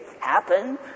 happen